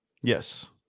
Yes